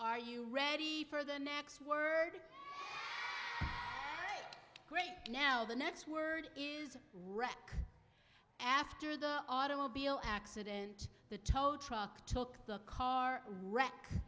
are you ready for the next word great now the next word is wreck after the automobile accident the tow truck took the car wreck